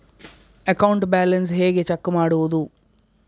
Account balance ಹೇಗೆ check ಮಾಡುವುದು?